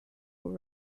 were